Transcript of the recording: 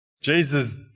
Jesus